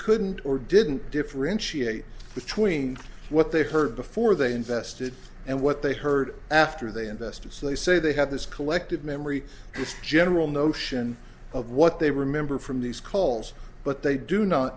couldn't or didn't differentiate between what they heard before they invested and what they heard after they invested so they say they have this collective memory this general notion of what they remember from these calls but they do no